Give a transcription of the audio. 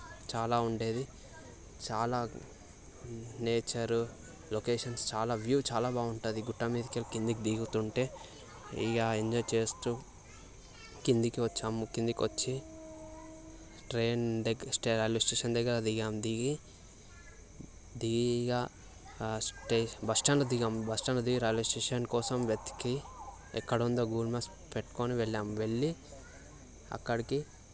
చాలా ఉండేది చాలా నేచరు లొకేషన్స్ చాలా వ్యూ చాలా బాగుంటుంది గుట్ట మీద నుండి కిందికి దిగుతుంటే ఇగ ఎంజాయ్ చేస్తు కిందికి వచ్చాము కిందికి వచ్చి ట్రైన్ దగ్గ రైల్వే స్టేషన్ దగ్గర దిగాం దిగి దిగి ఇగ స్టే బస్టాండ్లో దిగాం బస్టాండ్లో దిగి రైల్వే స్టేషన్ కోసం వెతికి ఎక్కడ ఉందో గూగుల్ మ్యాప్స్ పెట్టుకొని వెళ్ళాం వెళ్ళి అక్కడికి